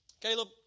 Caleb